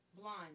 Blonde